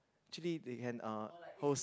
actually they can uh host